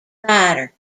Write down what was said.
rider